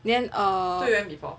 then err